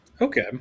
Okay